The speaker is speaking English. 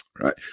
Right